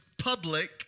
public